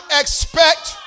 expect